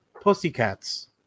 Pussycats